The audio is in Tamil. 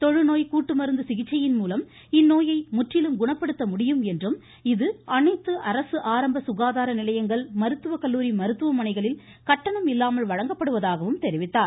தொழுநோய் கூட்டு மருந்து சிகிச்சையின் மூலம் இந்நோயை முற்றிலும் குணப்படுத்த முடியும் என்றும் இது அனைத்து அரசு ஆரம்ப சுகாதாரநிலையங்கள் மருத்துவ கல்லூரி மருத்துவமனைகளில் கட்டணமில்லாமல் வழங்கப்படுவதாகவும் தெரிவித்தார்